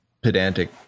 pedantic